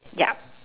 yup